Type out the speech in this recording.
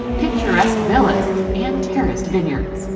picturesque villages and terraced vineyards.